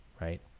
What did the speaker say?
Right